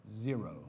Zero